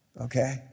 okay